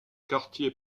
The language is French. quartier